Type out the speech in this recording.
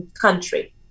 country